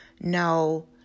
no